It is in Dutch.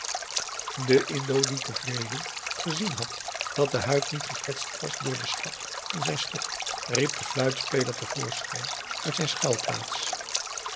de indo die tevreden gezien had dat de huid niet gekwetst was door den slag van zijn stok riep den fluitspeler te voorschijn uit zijn